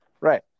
Right